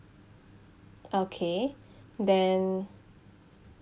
okay then